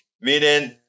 meaning